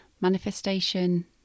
manifestation